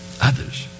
Others